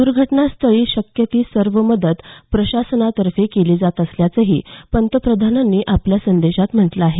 द्र्घटनास्थळी शक्य ती सर्व मदत प्रशासनातर्फे केली जात असल्याचंही पंतप्रधानांनी आपल्या संदेशात म्हटलं आहे